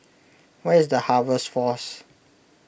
where is the Harvest force